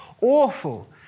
awful